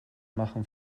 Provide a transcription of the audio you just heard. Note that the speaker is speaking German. machen